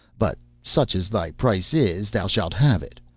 but such as thy price is thou shalt have it,